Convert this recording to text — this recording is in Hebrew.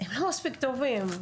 הם לא מספיק טובים.